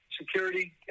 security